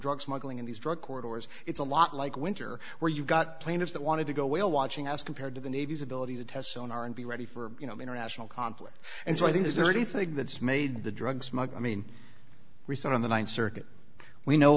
drug smuggling in these drug corridors it's a lot like winter where you've got plaintiffs that want to go whale watching as compared to the navy's ability to test sonar and be ready for you know international conflict and so i think is there anything that's made the drug smuggler i mean recent on the th circuit we know